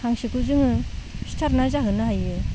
हांसोखौ जोङो सिथारना जाहोनो हायो